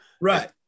Right